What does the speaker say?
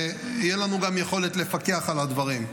ותהיה לנו גם יכולת לפקח על הדברים.